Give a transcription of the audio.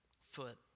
foot